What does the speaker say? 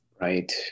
right